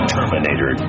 Terminator